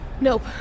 Nope